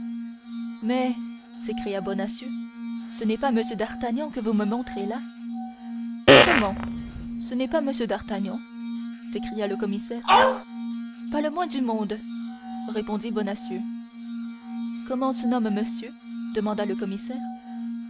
mais s'écria bonacieux ce n'est pas m d'artagnan que vous me montrez là comment ce n'est pas m d'artagnan s'écria le commissaire pas le moins du monde répondit bonacieux comment se nomme monsieur demanda le commissaire